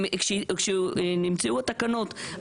כשנמצאו התקנות,